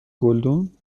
گلدون